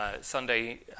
Sunday